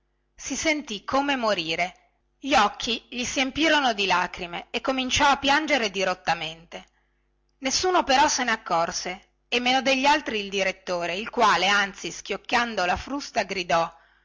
si sentì come morire gli occhi gli si empirono di lacrime e cominciò a piangere dirottamente nessuno però se ne accorse e meno degli altri il direttore il quale anzi schioccando la frusta gridò